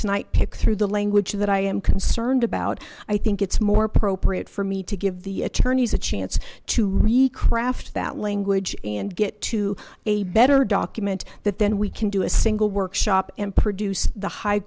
tonight pick through the language that i am concerned about i think it's more appropriate for me to give the attorneys a chance to recraft that language and get to a better document that then we can do a single workshop and produce the high